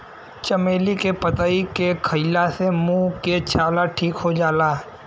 चमेली के पतइ के खईला से मुंह के छाला ठीक हो जाला